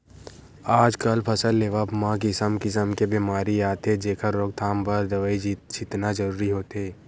आजकल फसल लेवब म किसम किसम के बेमारी आथे जेखर रोकथाम बर दवई छितना जरूरी होथे